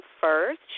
first